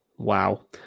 Wow